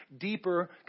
deeper